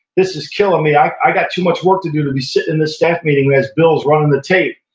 this is killing me. i've i've got too much work to do to be sitting in this staff meeting as bill is running the tape.